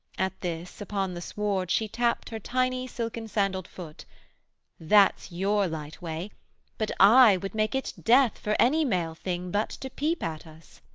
at this upon the sward she tapt her tiny silken-sandaled foot that's your light way but i would make it death for any male thing but to peep at us